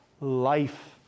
life